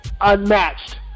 unmatched